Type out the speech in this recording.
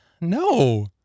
No